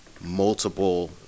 multiple